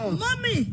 mommy